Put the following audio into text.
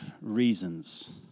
reasons